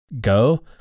go